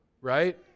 Right